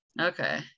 Okay